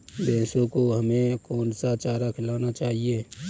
भैंसों को हमें कौन सा चारा खिलाना चाहिए?